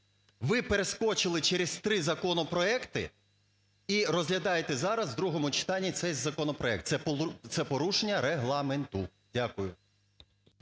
ви перескочили через три законопроекти і розглядаєте зараз в другому читанні цей законопроект? Це порушення Регламенту. Дякую.